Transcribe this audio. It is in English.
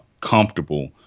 comfortable